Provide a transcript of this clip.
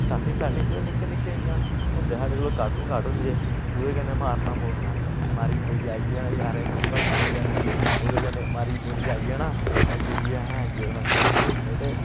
starting starting च ते निक्के निक्के इ'यां होंदे साढ़े कोला कार्टुन कार्टुन जनेह् ओह्दे कन्नै मारना मुरना मारी मुरियै आई जाना यारें फर्स्ट क्लास तरीके कन्नै ओह्दे कन्नै मारी मुरियै आई जाना आइयै असें आई गे फर्स्ट क्लास तरीके कन्नै ते